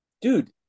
dude